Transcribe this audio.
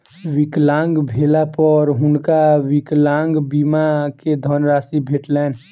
विकलांग भेला पर हुनका विकलांग बीमा के धनराशि भेटलैन